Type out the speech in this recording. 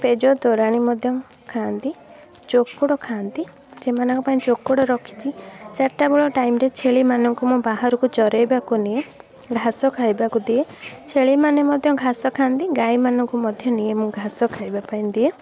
ପେଜ ତୋରାଣି ମଧ୍ୟ ଖାଆନ୍ତି ଚୋକଡ ଖାଆନ୍ତି ସେମାନଙ୍କ ପାଇଁ ଚୋକଡ ରଖିଛି ଚାରିଟା ବେଳ ଟାଇମ୍ରେ ଛେଳିମାନଙ୍କୁ ମୁଁ ବାହାରକୁ ଚରେଇବାକୁ ନିଏ ଘାସ ଖାଇବାକୁ ଦିଏ ଛେଳିମାନେ ମଧ୍ୟ ଘାସ ଖାଆନ୍ତି ଗାଇମାନଙ୍କୁ ମଧ୍ୟ ନିଏ ମୁଁ ଘାସ ଖାଇବା ପାଇଁ ଦିଏ